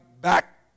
back